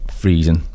freezing